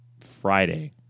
Friday